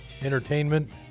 entertainment